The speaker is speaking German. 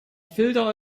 filter